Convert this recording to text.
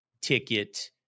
ticket